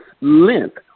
length